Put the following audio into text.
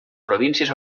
províncies